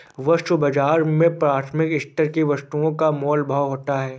वस्तु बाजार में प्राथमिक स्तर की वस्तुओं का मोल भाव होता है